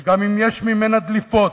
גם אם יש ממנה דליפות,